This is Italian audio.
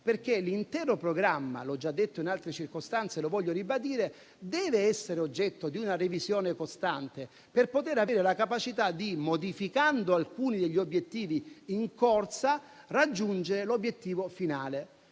perché l'intero programma - l'ho già detto in altre circostanze e lo voglio ribadire - dev'essere oggetto di una revisione costante per avere la capacità, modificando alcuni degli obiettivi in corsa, di raggiungere l'obiettivo finale.